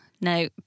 No